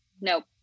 Nope